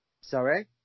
Sorry